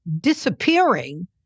disappearing